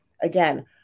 Again